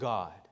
God